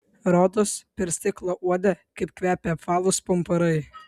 rodos per stiklą uodė kaip kvepia apvalūs pumpurai